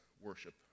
worship